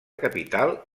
capital